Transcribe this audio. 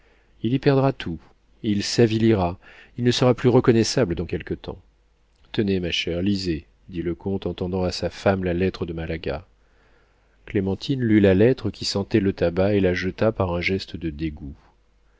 il y perdra tout il s'avilira il ne sera plus reconnaissable dans quelque temps tenez ma chère lisez dit le comte en tendant à sa femme la lettre de malaga clémentine lut la lettre qui sentait le tabac et la jeta par un geste de dégoût